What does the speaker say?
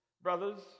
brothers